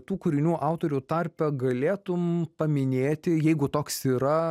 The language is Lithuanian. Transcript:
tų kūrinių autorių tarpe galėtum paminėti jeigu toks yra